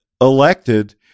elected